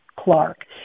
Clark